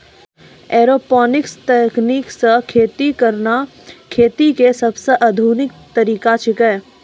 aeroponics तकनीक सॅ खेती करना खेती के सबसॅ आधुनिक तरीका छेकै